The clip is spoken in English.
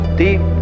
deep